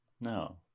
no